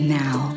now